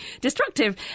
destructive